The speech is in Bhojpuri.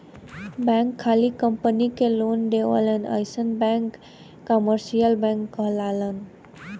बैंक खाली कंपनी के लोन देवलन अइसन बैंक कमर्सियल बैंक कहलालन